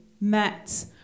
met